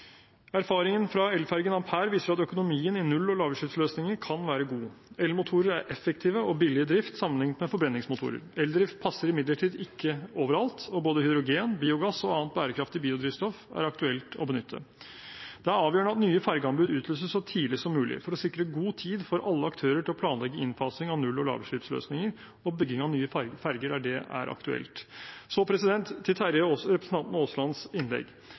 Erfaringen fra elfergen «Ampere» viser at økonomien i null- og lavutslippsløsninger kan være god. Elmotorer er effektive og billige i drift sammenlignet med forbrenningsmotorer. Eldrift passer imidlertid ikke overalt, og både hydrogen, biogass og annet bærekraftig biodrivstoff er aktuelt å benytte. Det er avgjørende at nye fergeanbud utlyses så tidlig som mulig for å sikre god tid for alle aktører til å planlegge innfasing av null- og lavutslippsløsninger og bygging av nye ferger der det er aktuelt. Så til representanten Aaslands innlegg: